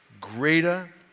greater